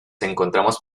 encontramos